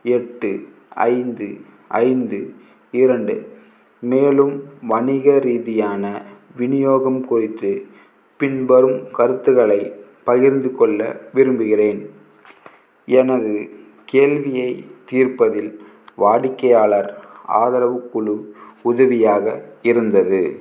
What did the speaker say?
எட்டு ஐந்து ஐந்து இரண்டு மேலும் வணிக ரீதியான விநியோகம் குறித்து பின் வரும் கருத்துகளை பகிர்ந்துக் கொள்ள விரும்புகிறேன் எனது கேள்வியை தீர்ப்பதில் வாடிக்கையாளர் ஆதரவுக் குழு உதவியாக இருந்தது